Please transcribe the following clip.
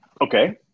Okay